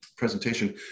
presentation